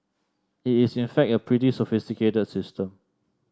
it is in fact a pretty sophisticated system